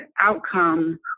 outcome